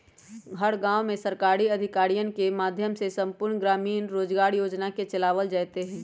हर गांव में सरकारी अधिकारियन के माध्यम से संपूर्ण ग्रामीण रोजगार योजना के चलावल जयते हई